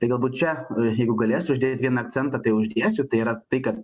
tai galbūt čia jeigu galėsiu uždėt akcentą tai uždėsiu tai yra tai kad